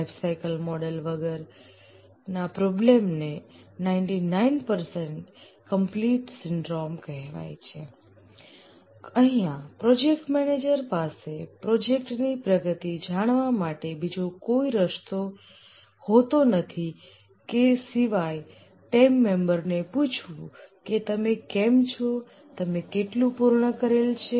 lifecycle model વગરના problem ને 99 percent complete syndrome કહેવાય છે અહીંયા પ્રોજેક્ટ મેનેજર પાસે પ્રોજેક્ટ ની પ્રગતિ જાણવા માટે બીજો કોઈ રસ્તો હોતો નથી કે સિવાય ટીમ મેમ્બર ને પૂછવું કે તમે કેમ છો તમે કેટલું પૂર્ણ કરેલ છે